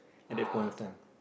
at that point of time